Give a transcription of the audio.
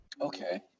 Okay